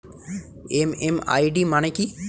MMID মানে কি?